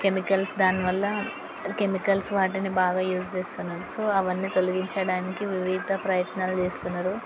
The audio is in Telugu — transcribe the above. కెమికల్స్ దానివల్ల కెమికల్స్ వాటిని బాగా యూజ్ చేస్తున్నారు సో అవన్నీ తొలగించడానికి వివిధ ప్రయత్నాలు చేస్తున్నారు